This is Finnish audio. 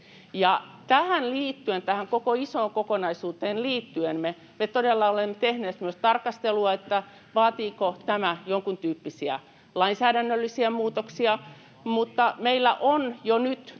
tähän liittyen, tähän koko isoon kokonaisuuteen liittyen, me todella olemme tehneet myös tarkastelua, vaatiiko tämä jonkuntyyppisiä lainsäädännöllisiä muutoksia. [Eduskunnasta: